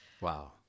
Wow